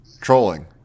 trolling